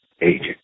agent